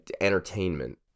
entertainment